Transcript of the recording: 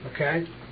Okay